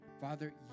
Father